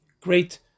great